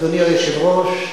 אדוני היושב-ראש,